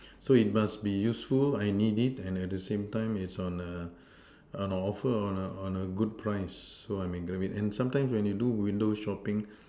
so it must be useful I need it and at the same time it's on on offer on a on a good price so I may Grab it and sometimes when you do window shopping